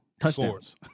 Touchdowns